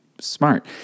smart